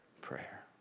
Prayer